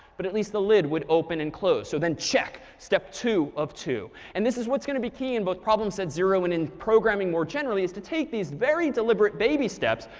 but at least the lid would open and close. so then check, step two of two. and this is what's going to be key in both problem set zero and in programming more generally, is to take these very deliberate baby steps.